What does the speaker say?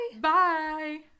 Bye